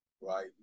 Right